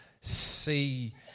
see